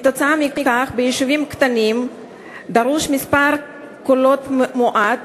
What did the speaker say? כתוצאה מכך, ביישובים קטנים דרוש מספר קולות מועט